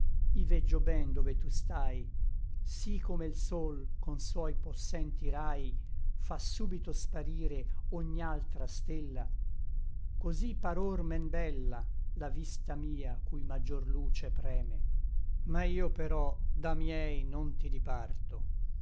veggio ben dove tu stai sí come l sol con suoi possenti rai fa súbito sparire ogni altra stella cosí par or men bella la vista mia cui maggiore luce preme ma io però da miei non ti diparto